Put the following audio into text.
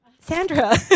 Sandra